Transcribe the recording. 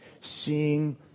seeing